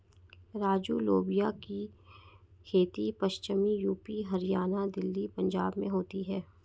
राजू लोबिया की खेती पश्चिमी यूपी, हरियाणा, दिल्ली, पंजाब में होती है